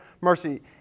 mercy